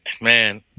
man